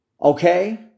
Okay